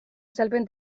azalpen